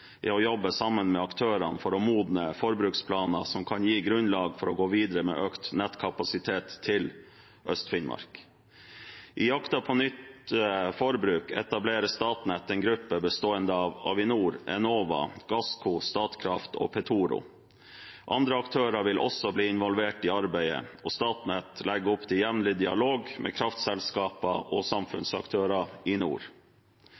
er å jobbe sammen med aktørene for å modne forbruksplaner som kan gi grunnlag for å gå videre med økt nettkapasitet til Øst-Finnmark. I jakten på nytt forbruk etablerer Statnett en gruppe bestående av Avinor, Enova, Gassco, Statkraft og Petoro. Andre aktører vil også bli involvert i arbeidet, og Statnett legger opp til jevnlig dialog med kraftselskaper og samfunnsaktører i nord.